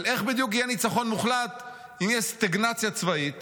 אבל איך בדיוק יהיה ניצחון מוחלט אם יש סטגנציה צבאית